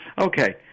Okay